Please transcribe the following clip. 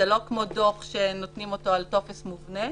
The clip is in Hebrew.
זה לא כמו דוח קנס שנותנים אותו על טופס מובנה.